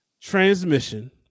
transmission